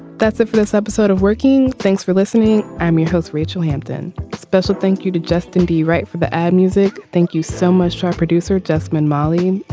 that's it for this episode of working. thanks for listening. i'm your host rachel hampton. special thank you to justin do you write for the arab music. thank you so much. our producer jasmine molly.